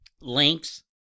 links